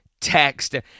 text